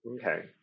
okay